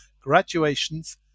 graduations